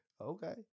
Okay